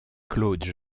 claude